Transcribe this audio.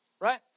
Right